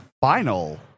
final